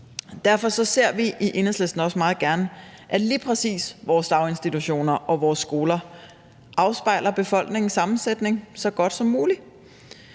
Derfor ser vi i Enhedslisten også meget gerne, at lige præcis vores daginstitutioner og vores skoler afspejler befolkningens sammensætning så godt som muligt.